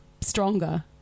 stronger